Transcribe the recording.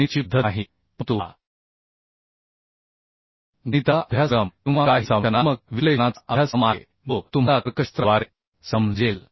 ही गणिताची पद्धत नाही परंतु हा गणिताचा अभ्यासक्रम किंवा काही संरचनात्मक विश्लेषणाचा अभ्यासक्रम आहे जो तुम्हाला तर्कशास्त्राद्वारे समजेल